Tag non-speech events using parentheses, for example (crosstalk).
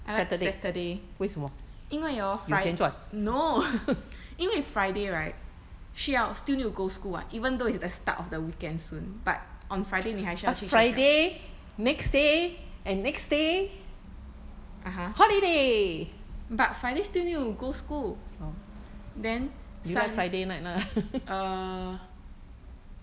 I like saturday 因为 hor friday no (laughs) 因为 friday right 需要 still need to go school what even though is the start of the weekend soon but on friday 你还需要去学校 (uh huh) but friday still need to go school then sun~ err